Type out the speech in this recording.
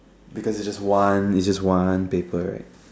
because it's just one it's just one paper right